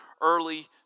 early